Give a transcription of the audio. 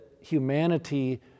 humanity